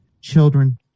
Children